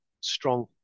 strong